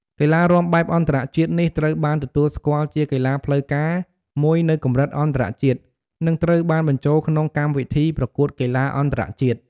កីឡារាំបែបអន្តរជាតិនេះត្រូវបានទទួលស្គាល់ជាកីឡាផ្លូវការមួយនៅកម្រិតអន្តរជាតិ និងត្រូវបានបញ្ចូលក្នុងកម្មវិធីប្រកួតកីឡាអន្តរជាតិ។